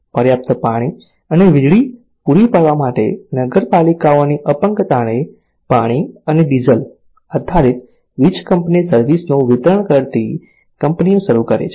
પર્યાપ્ત પાણી અને વીજળી પૂરી પાડવા માટે નગરપાલિકાઓની અપંગતાએ પાણી અને ડીઝલ આધારિત વીજ ઉત્પાદન સર્વિસ નું વિતરણ કરતી કંપનીઓ શરૂ કરી છે